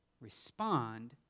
respond